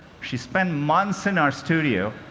she spent months in our studio.